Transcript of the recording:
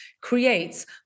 creates